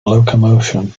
locomotion